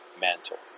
mantle